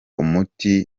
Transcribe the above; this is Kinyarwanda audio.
umuti